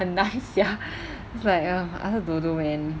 很难 sia it's like err I also don't know man